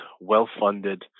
well-funded